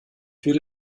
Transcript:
würde